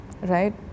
right